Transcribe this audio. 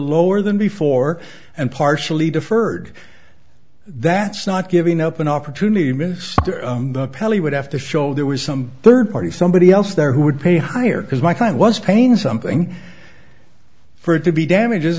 lower than before and partially deferred that's not giving up an opportunity to miss the pelly would have to show there was some third party somebody else there who would pay higher because my client was painting something for it to be damages